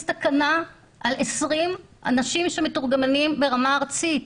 תקנה על 20 אנשים מתורגמנים ברמה ארצית,